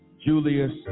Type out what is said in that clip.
Julius